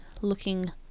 looking